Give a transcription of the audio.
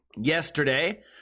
yesterday